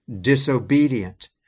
disobedient